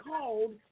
called